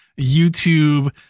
YouTube